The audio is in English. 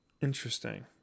Interesting